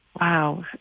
wow